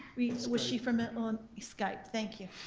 was she from illinois? skype, thank you,